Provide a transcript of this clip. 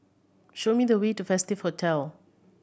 show me the way to Festive Hotel